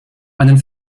einen